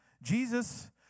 Jesus